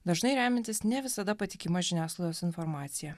dažnai remiantis ne visada patikima žiniasklaidos informacija